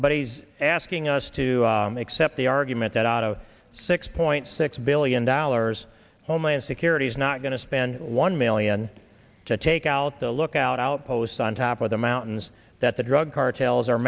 but he's asking us to accept the argument that out of six point six billion dollars homeland security is not going to spend one million to take out the lookout outposts on top of the mountains that the drug cartels are